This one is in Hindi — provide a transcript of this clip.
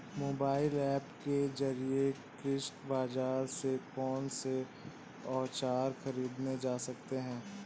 मोबाइल ऐप के जरिए कृषि बाजार से कौन से औजार ख़रीदे जा सकते हैं?